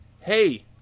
Hey